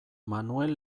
manuel